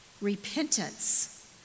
Repentance